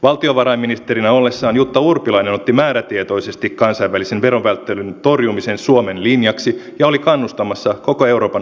valtiovarainministerinä ollessaan jutta urpilainen otti määrätietoisesti kansainvälisen verovälttelyn torjumisen suomen linjaksi ja oli kannustamassa koko euroopan unionia toimiin